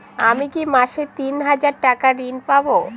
আমি কি মাসে তিন হাজার টাকার ঋণ পাবো?